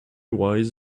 wise